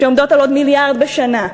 שעומדות על עוד מיליארד בשנה,